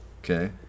Okay